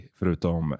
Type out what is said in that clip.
Förutom